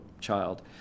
child